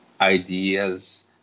ideas